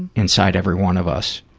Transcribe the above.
inside every one of us.